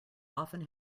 often